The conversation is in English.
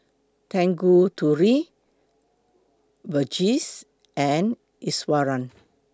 Tanguturi Verghese and Iswaran